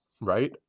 right